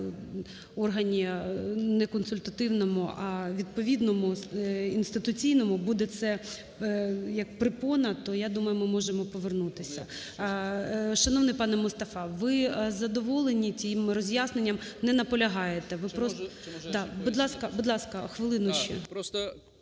ви задоволені тим роз'ясненням? Не наполягаєте.